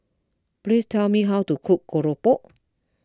please tell me how to cook Keropok